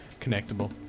Connectable